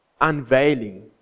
unveiling